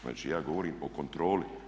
Znači, ja govorim o kontroli.